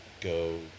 go